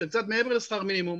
של קצת מעבר לשכר מינימום.